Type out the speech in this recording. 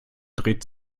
dreht